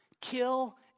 kill